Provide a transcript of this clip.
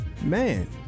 man